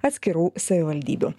atskirų savivaldybių